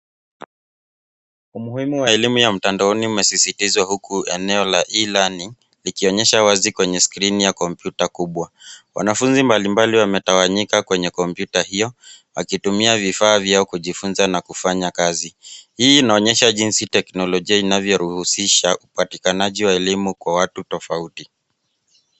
Umuhimu wa elimu ya mtandaoni umesisitizwa huku eneo la E-LEARNING, likionyesha wazi kwenye skrini ya kompyuta kubwa. Wanafunzi mbalimbali wametawanyika kwenye kompyuta hiyo, wakitumia vifaa vyao kujifunza na kufanya kazi. Hii inaonyesha jinsi teknolojia inavyoruhusisha upatikanaji wa elimu kwa watu tofauti.